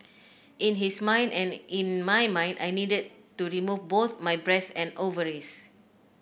in his mind and in my mind I needed to remove both my breasts and ovaries